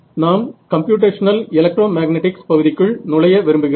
நாம் computational electromagnetics பகுதிக்குள் நுழைய விரும்புகிறோம்